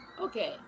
Okay